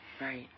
right